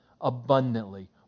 abundantly